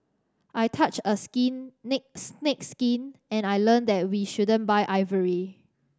I touched a skin neck snake's skin and I learned that we shouldn't buy ivory